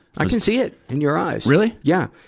i can see it in your eyes. really? yeah.